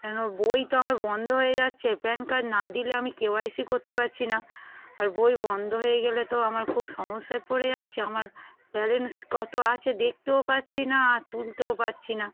কেন বই তো আমার বন্ধ হয়ে যাচ্ছে প্যান কার্ড না দিলে আমি কেওয়াইসি করতে পারছি না আর বই বন্ধ হয়ে গেলে তো আমার খুব সমস্যায় পড়ে যাচ্ছে আমার ব্যালেন্স কত আছে দেখতেও পাচ্ছি না আর তুলতেও পাছি না